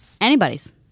Anybody's